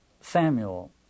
Samuel